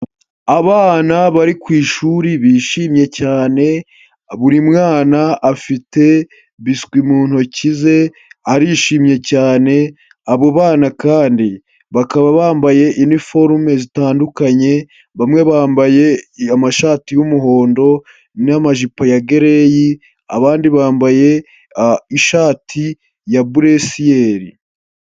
Abana bari ku ishuri bishimye cyane buri mwana afite biswi mu ntoki ze arishimye cyane, abo bana kandi bakaba bambaye iniforume zitandukanye; bamwe bambaye amashati y'umuhondo n'amajipo ya gereyi, abandi bambaye ishati ya buresiyeri.